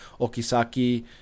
Okisaki